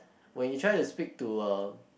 when you try to speak to a